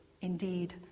indeed